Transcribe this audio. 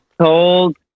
told